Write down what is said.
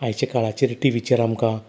आयच्या काळाचेर टिव्हीचेर आमकां